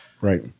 Right